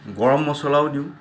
গৰম মছলাও দিওঁ